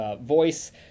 voice